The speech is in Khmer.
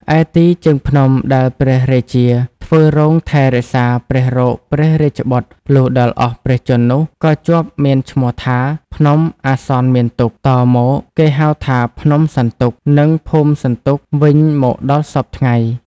ឯទីជើងភ្នំដែលព្រះរាជាធ្វើរោងថែរក្សាព្រះរោគព្រះរាជបុត្រលុះដល់អស់ព្រះជន្មនោះ ក៏ជាប់មានឈ្មោះថា ភ្នំអាសន្នមានទុក្ខ តមកគេហៅថា ភ្នំសន្ទុក និង ភូមិសន្ទុក វិញមកដល់សព្វថ្ងៃ ។